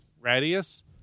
Radius